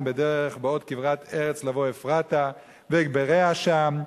בדרך בעוד כברת ארץ לבא אפרתה ואקברה שם".